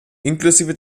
inklusive